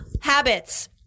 Habits